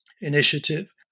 initiative